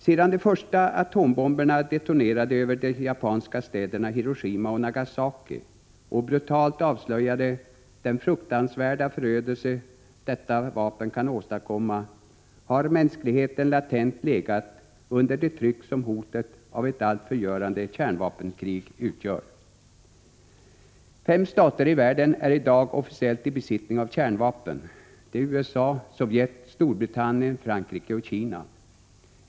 Sedan de första atombomberna detonerade över de japanska städerna Hiroshima och Nagasaki och brutalt avslöjade den fruktansvärda förödelse detta vapen kan åstadkomma, har mänskligheten latent legat under det tryck som hotet av ett allt förgörande kärnvapenkrig utgör. Fem stater i världen är i dag officiellt i besittning av kärnvapen: USA, Sovjet, Storbritannien, Frankrike och Kina.